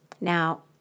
Now